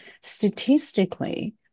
statistically